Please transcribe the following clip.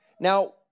Now